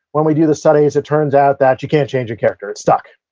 when we do these studies it turns out that you can't change your character. it's stuck.